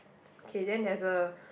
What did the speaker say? okay then there's a